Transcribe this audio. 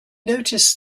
noticed